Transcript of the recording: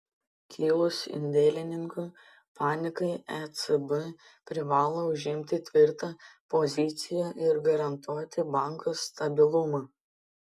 kilus indėlininkų panikai ecb privalo užimti tvirtą poziciją ir garantuoti bankų stabilumą